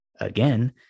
again